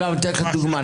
אני אתן לך דוגמה.